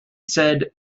said